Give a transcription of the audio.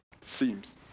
seems